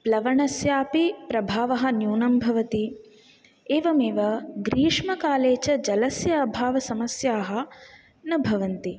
प्लवणस्यापि प्रभावः न्यूनं भवति एवमेव ग्रीष्मकाले च जलस्य अभावसमस्याः न भवन्ति